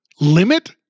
Limit